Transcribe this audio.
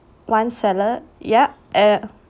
one salad yup and